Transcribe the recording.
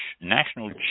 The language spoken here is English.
National